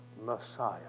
Messiah